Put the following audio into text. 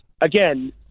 again